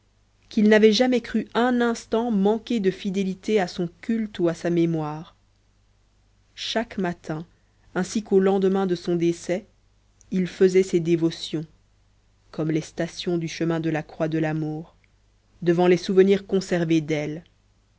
qu'il n'avait jamais cru un instant manquer de fidélité à son culte ou à sa mémoire chaque matin ainsi qu'au lendemain de son décès il faisait ses dévotions comme les stations du chemin de la croix de lamour devant les souvenirs conservés d'elle